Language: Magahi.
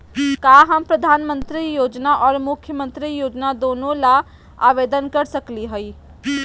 का हम प्रधानमंत्री योजना और मुख्यमंत्री योजना दोनों ला आवेदन कर सकली हई?